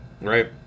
right